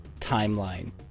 timeline